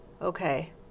Okay